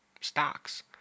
stocks